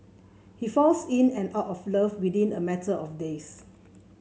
he falls in and out of love within a matter of days